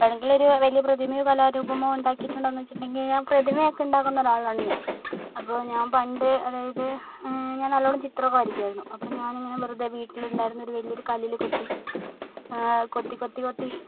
എപ്പോഴെങ്കിലും ഒരു വലിയൊരു പ്രതിമയോ കലാരൂപമോ ഉണ്ടാക്കിയിട്ടുണ്ടോയെന്ന് ചോദിച്ചിട്ടുണ്ടെങ്കിൽ ഞാൻ പ്രതിമയൊക്കെ ഉണ്ടാക്കുന്ന ഒരാളാണ് ഞാൻ അപ്പോൾ ഞാൻ പണ്ട് അതായത് ഞാൻ നല്ലവണ്ണം ചിത്രം ഒക്കെ വരയ്ക്കുമായിരുന്നു അപ്പോൾ ഞാനിങ്ങനെ വെറുതെ വീട്ടിൽ ഉണ്ടായിരുന്ന വലിയൊരു കല്ലിൽ കൊത്തി കൊത്തി കൊത്തി കൊത്തി